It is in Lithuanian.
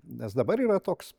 nes dabar yra toks